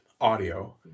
audio